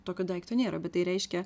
tokio daikto nėra bet tai reiškia